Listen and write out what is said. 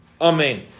Amen